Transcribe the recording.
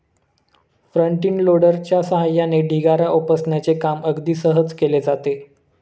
front end लोडरच्या सहाय्याने ढिगारा उपसण्याचे काम अगदी सहज केले जाते